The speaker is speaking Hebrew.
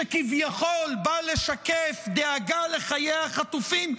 שכביכול בא לשקף דאגה לחיי החטופים,